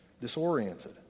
disoriented